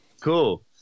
Cool